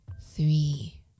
three